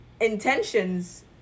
intentions